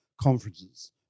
conferences